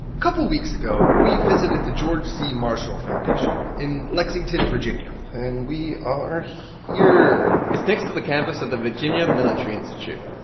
couple weeks ago, we visited the george c. marshall foundation in lexington, va and we are here it's next to the campus of the virginia military institute.